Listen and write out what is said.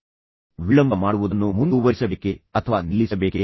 ನಾನು ವಿಳಂಬ ಮಾಡುವುದನ್ನು ಮುಂದುವರಿಸಬೇಕೇ ಅಥವಾ ಅದನ್ನು ನಿಲ್ಲಿಸಬೇಕೇ